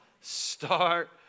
start